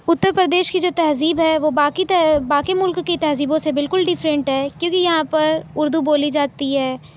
اتّر پردیش کی جو تہذیب ہے وہ باقی باقی ملک کی تہذیبوں سے بالکل ڈفرینٹ ہے کیونکہ یہاں پر اردو بولی جاتی ہے